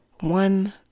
One